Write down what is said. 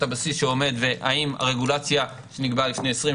הבסיס שעומד והאם הרגולציה שנקבעה לפני 20,